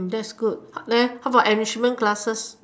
that's good math how about enrichment classes